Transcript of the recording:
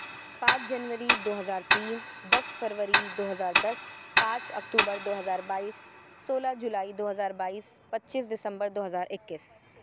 پانچ جنوری دو ہزار تین دس فروری دو ہزار دس پانچ اکتوبر دو ہزار بائیس سولہ جولائی دو ہزار بائیس پچیس دسمبر دو ہزار اکیس